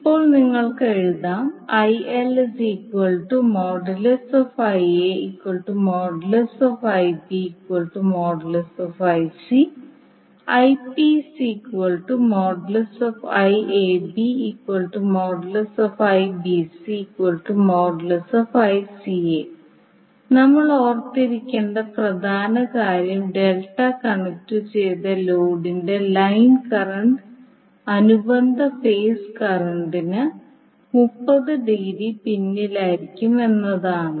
ഇപ്പോൾ നിങ്ങൾക്ക് എഴുതാം നമ്മൾ ഓർത്തിരിക്കേണ്ട പ്രധാന കാര്യം ഡെൽറ്റ കണക്റ്റുചെയ്ത ലോഡിന്റെ ലൈൻ കറന്റ് അനുബന്ധ ഫേസ് കറന്റ്ന് 30 ഡിഗ്രി പിന്നിലായിരിക്കും എന്നതാണ്